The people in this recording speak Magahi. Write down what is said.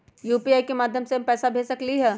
यू.पी.आई के माध्यम से हम पैसा भेज सकलियै ह?